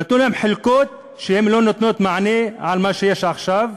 נתנו להם חלקות שלא נותנות מענה על מה שיש עכשיו,